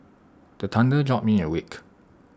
the thunder jolt me awake